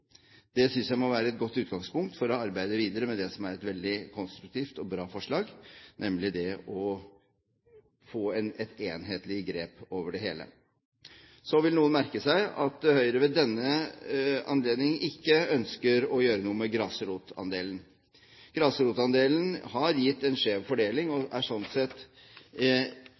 Det synes jeg må være et godt utgangspunkt for å arbeide videre med det som er et veldig konstruktivt og bra forslag, nemlig å få et enhetlig grep om det hele. Så vil noen merke seg at Høyre ved denne anledningen ikke ønsker å gjøre noe med grasrotandelen. Grasrotandelen har gitt en skjev fordeling, og er sånn sett